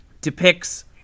depicts